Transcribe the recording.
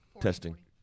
testing